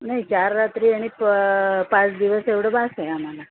नाही चार रात्री आणि प पाच दिवस एवढं बस आहे आम्हाला